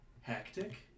hectic